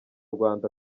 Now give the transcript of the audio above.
rwanda